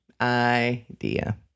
idea